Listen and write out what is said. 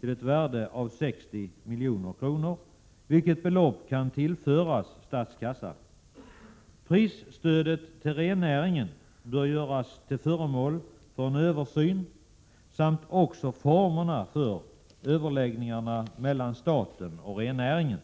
till ett värde av 60 milj.kr., vilket belopp kan tillföras statskassan. Prisstödet till rennäringen bör göras till föremål för en översyn, likaså formerna för överläggningarna mellan staten och rennäringen.